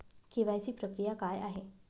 KYC प्रक्रिया काय आहे?